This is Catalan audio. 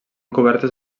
cobertes